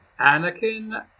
Anakin